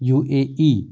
U A E